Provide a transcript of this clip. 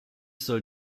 soll